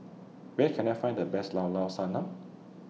Where Can I Find The Best Llao Llao Sanum